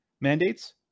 mandates